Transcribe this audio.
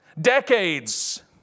decades